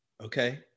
okay